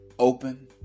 open